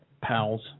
pals